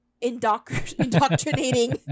indoctrinating